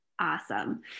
awesome